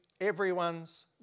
everyone's